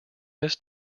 this